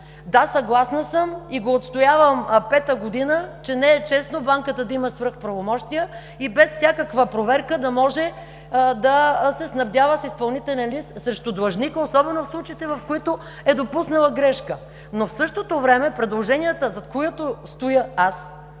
Да, съгласна съм и го отстоявам пета година, че не е честно банката да има свръхправомощия, и без всякаква проверка да може да се снабдява с изпълнителен лист срещу длъжника, особено в случаите, в които е допуснала грешка. В същото време предложенията, зад които стоя аз